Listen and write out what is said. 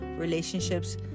relationships